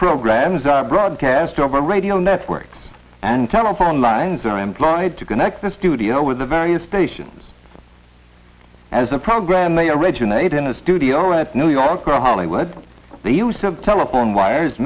programmes are broadcast over radio networks and telephone lines are employed to connect the studio with the various stations as a program they originate in a studio in new york or hollywood the use of telephone wires